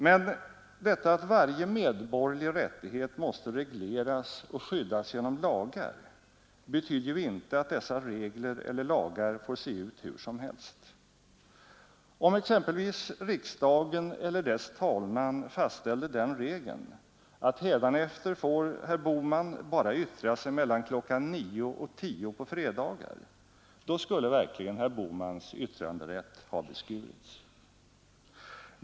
Men detta att varje medborgerlig rättighet måste regleras och skyddas genom lagar betyder ju inte att dessa regler eller lagar får se ut hur som helst. Om exempelvis riksdagen eller dess talman fastställde den regeln, att hädanefter får herr Bohman bara yttra sig mellan kl. 9 och 10 på fredagar, då skulle verkligen herr Bohmans yttranderätt ha beskurits.